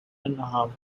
unharmed